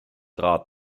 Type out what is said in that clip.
rad